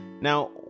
Now